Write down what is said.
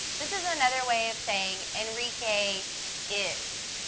this is another way of saying enrique is,